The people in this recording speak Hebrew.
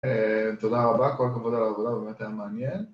תודה רבה, כל הכבוד על העבודה ובאמת על מעניין